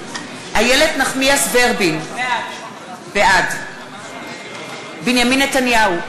נגד איילת נחמיאס ורבין, בעד בנימין נתניהו,